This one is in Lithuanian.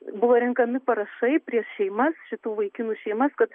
buvo renkami parašai prieš šeimas šitų vaikinų šeimas kad